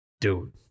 Dude